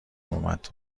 اومد